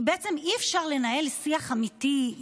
כי בעצם אי-אפשר לנהל שיח אמיתי,